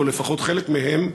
או לפחות חלק מהם,